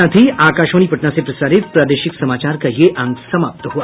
इसके साथ ही आकाशवाणी पटना से प्रसारित प्रादेशिक समाचार का ये अंक समाप्त हुआ